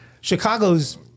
Chicago's